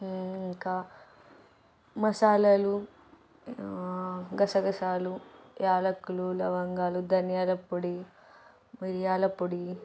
ఇంకా మసాలాలు గసగసాలు యాలకులు లవంగాలు ధనియాల పొడి మిరియాల పొడి